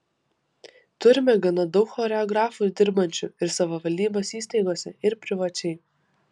turime gana daug choreografų dirbančių ir savivaldybės įstaigose ir privačiai